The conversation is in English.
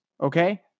Okay